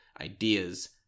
ideas